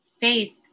faith